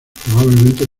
probablemente